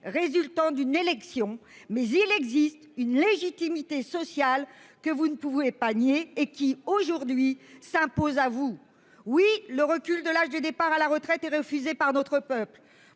résultant d'une élection, mais il existe une légitimité sociale que vous ne pouvez pas nier et qui aujourd'hui s'impose à vous. Oui, le recul de l'âge du départ à la retraite et refusé par d'autres peuples.